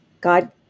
god